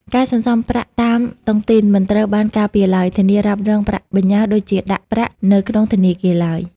ការសន្សំប្រាក់តាមតុងទីនមិនត្រូវបានការពារដោយ "ធានារ៉ាប់រងប្រាក់បញ្ញើ" ដូចការដាក់ប្រាក់នៅក្នុងធនាគារឡើយ។